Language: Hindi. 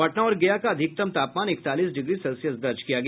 पटना और गया का अधिकतम तापमान इकतालीस डिग्री सेल्सियस दर्ज किया गया